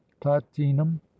platinum